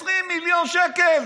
20 מיליון שקל